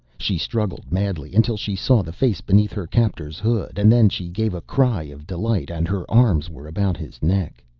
she struggled madly until she saw the face beneath her captor's hood, and then she gave a cry of delight and her arms were about his neck.